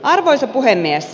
arvoisa puhemies